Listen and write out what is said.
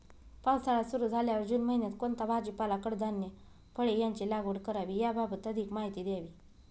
पावसाळा सुरु झाल्यावर जून महिन्यात कोणता भाजीपाला, कडधान्य, फळे यांची लागवड करावी याबाबत अधिक माहिती द्यावी?